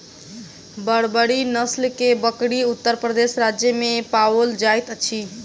बर्बरी नस्ल के बकरी उत्तर प्रदेश राज्य में पाओल जाइत अछि